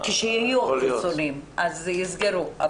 כשיהיו חיסונים, אז יסגרו.